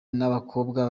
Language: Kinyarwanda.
n’abakobwa